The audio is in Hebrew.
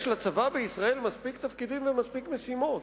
יש לצבא בישראל מספיק תפקידים ומספיק משימות.